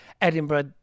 Edinburgh